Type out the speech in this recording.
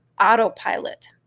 autopilot